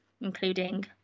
including